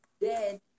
dead